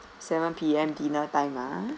seven P_M dinner time ah